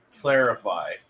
clarify